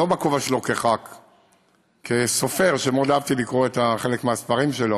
לא בכובע שלו כח"כ אלא כסופר שמאוד אהבתי לקרוא חלק מהספרים שלו,